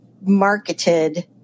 marketed